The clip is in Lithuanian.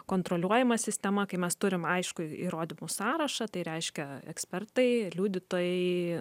kontroliuojama sistema kai mes turim aiškų įrodymų sąrašą tai reiškia ekspertai liudytojai